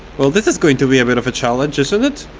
well this is going to be a bit of a challenge isn't it?